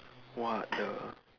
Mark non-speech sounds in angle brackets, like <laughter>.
!wah! <noise>